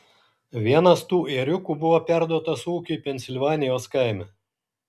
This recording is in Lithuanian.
vienas tų ėriukų buvo perduotas ūkiui pensilvanijos kaime